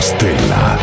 Stella